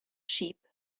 sheep